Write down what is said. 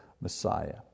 Messiah